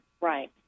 right